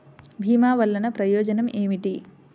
భీమ వల్లన ప్రయోజనం ఏమిటి?